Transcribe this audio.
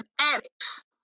addicts